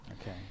okay